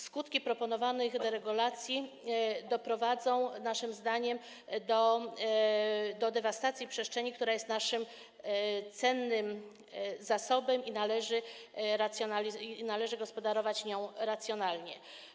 Skutki proponowanych deregulacji doprowadzą, naszym zdaniem, do dewastacji przestrzeni, która jest naszym cennym zasobem i którą należy gospodarować racjonalnie.